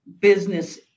business